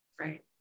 Right